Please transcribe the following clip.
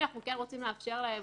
אנחנו חושבים שחייבים,